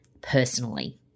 personally